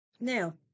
Now